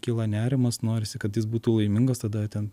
kyla nerimas norisi kad jis būtų laimingas tada ten